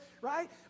right